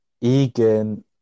Egan